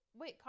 wait